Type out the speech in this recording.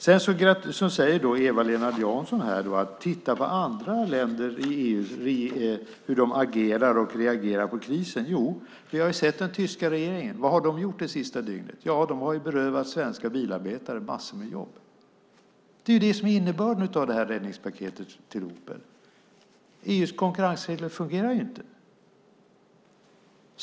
Sedan säger Eva-Lena Jansson: Titta på hur andra länder agerar och reagerar på krisen! Jo, vi har sett den tyska regeringen. Vad har den gjort det sista dygnet? Jo, den har berövat svenska bilarbetare massor med jobb. Det är det som är innebörden av det här räddningspaketet till Opel. EU:s konkurrensregler fungerar inte.